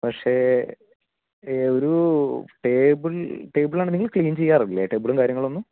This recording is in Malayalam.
പക്ഷേ ഒരു ടേബ്ൾ ടേബിളാണ് നിങ്ങൾ ക്ളീൻ ചെയ്യാറില്ലേ ടേബ്ളും കാര്യങ്ങളൊന്നും